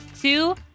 two